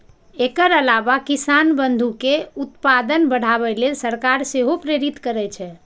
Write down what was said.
एकर अलावा किसान बंधु कें उत्पादन बढ़ाबै लेल सरकार सेहो प्रेरित करै छै